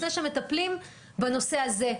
לפני שמטפלים בנושא הזה.